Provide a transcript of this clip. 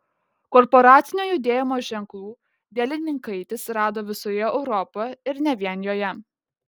korporacinio judėjimo ženklų dielininkaitis rado visoje europoje ir ne vien joje